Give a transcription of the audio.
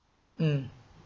mm